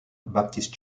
baptist